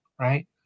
right